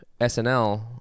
SNL